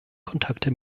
kontakte